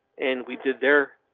and we did there.